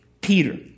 Peter